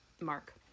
Mark